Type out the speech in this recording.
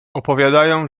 opowiadają